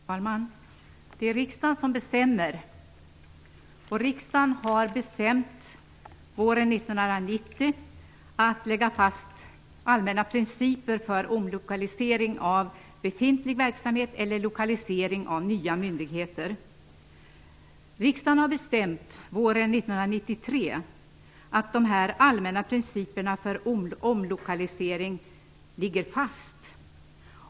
Herr talman! Det är riksdagen som bestämmer, och riksdagen bestämde våren 1990 att allmänna principer för omlokalisering av befintlig verksamhet eller lokalisering av nya myndigheter skulle läggas fast. Riksdagen bestämde våren 1993 att de allmänna principerna för omlokalisering skulle ligga fast.